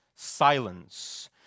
silence